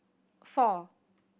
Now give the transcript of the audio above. four